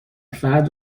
فرد